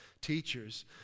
teachers